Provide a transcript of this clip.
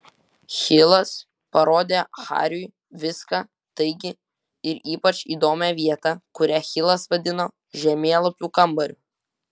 hilas parodė hariui viską taigi ir ypač įdomią vietą kurią hilas vadino žemėlapių kambariu